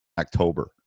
October